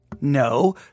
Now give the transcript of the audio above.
No